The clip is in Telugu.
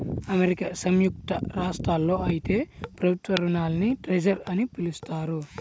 అమెరికా సంయుక్త రాష్ట్రాల్లో అయితే ప్రభుత్వ రుణాల్ని ట్రెజర్ అని పిలుస్తారు